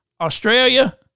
Australia